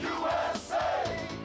USA